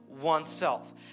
oneself